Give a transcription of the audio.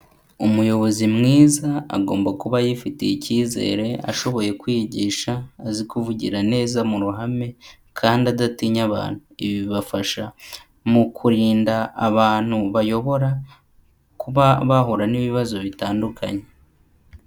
Umuyobozi mwiza agomba kuba yifitiye icyizere ashoboye kwigisha, azi kuvugira neza mu ruhame kandi adatinya abantu, ibi bibafasha mu kurinda abantu bayobora kuba bahura n'ibibazo bitandukanye.